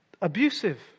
abusive